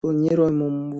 планируемому